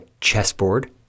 chessboard